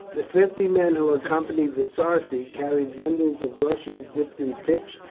the fifty men who accompanied the sarci carried bundles of rushes dipped in pitch,